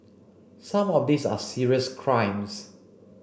some of these are serious crimes